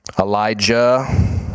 Elijah